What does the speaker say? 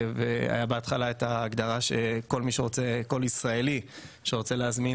בהתחלה הייתה הגדרה שכל ישראלי שרוצה להזמין